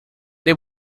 they